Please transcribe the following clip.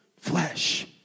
Flesh